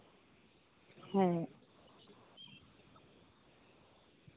ᱦᱮᱸ